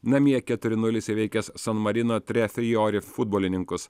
namie keturi nulis įveikęs san marino tre frijori futbolininkus